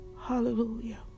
Hallelujah